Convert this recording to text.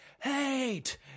hate